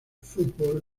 fútbol